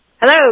Hello